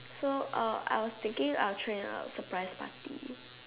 so uh I was thinking of throwing her a surprise party